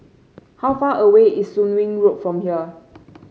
how far away is Soon Wing Road from here